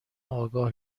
آگاه